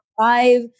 Five